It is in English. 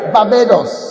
Barbados